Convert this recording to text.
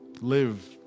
live